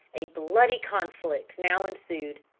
a bloody conflict now ensued.